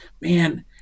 man